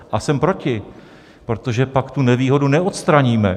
A jsem proti, protože pak tu nevýhodu neodstraníme.